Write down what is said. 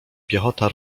piechota